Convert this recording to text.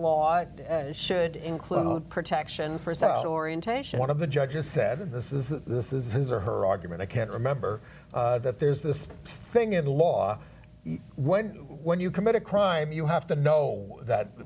laws should include protection for south orientation one of the judges said this is this is his or her argument i can't remember that there's this thing in the law when when you commit a crime you have to know that